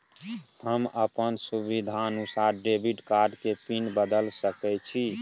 हम अपन सुविधानुसार डेबिट कार्ड के पिन बदल सके छि?